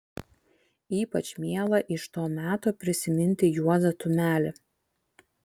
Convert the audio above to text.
ypač miela iš to meto prisiminti juozą tumelį